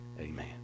Amen